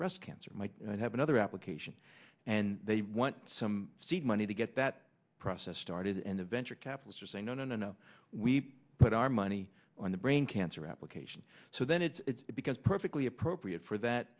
breast cancer might have another application and they want some seed money to get that process started in the venture capital to say no no no no we put our money on the brain cancer application so then it's because perfectly appropriate for that